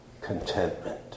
contentment